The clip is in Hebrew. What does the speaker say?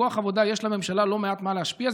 בכוח עבודה יש לממשלה לא מעט מה להשפיע,